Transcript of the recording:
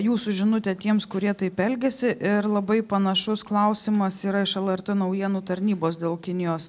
jūsų žinutė tiems kurie taip elgiasi ir labai panašus klausimas yra iš lrt naujienų tarnybos dėl kinijos